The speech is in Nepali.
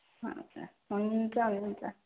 हजुर हन्छ हुन्छ